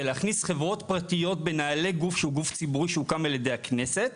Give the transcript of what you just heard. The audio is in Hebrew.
זה להכניס חברות פרטיות בנעלי גוף שהוא גוף ציבורי שהוקדם על ידי הכנסת,